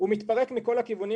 הוא מתפרק מכל הכיוונים.